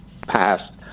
passed